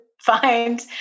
find